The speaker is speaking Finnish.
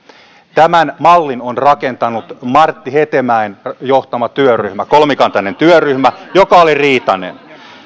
tämän mallin on rakentanut martti hetemäen johtama kolmikantainen työryhmä joka oli riitainen